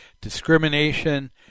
discrimination